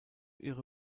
ihre